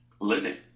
living